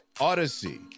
odyssey